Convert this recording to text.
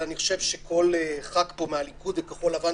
אבל אני חושב שכל חבר כנסת מהליכוד ומכחול לבן,